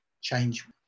change